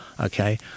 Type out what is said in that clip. Okay